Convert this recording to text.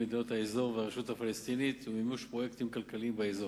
מדינות האזור והרשות הפלסטינית ובמימוש פרויקטים כלכליים באזור.